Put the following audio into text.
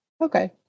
Okay